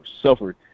suffered